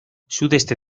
sudeste